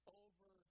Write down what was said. over